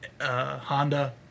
Honda